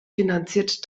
finanzierte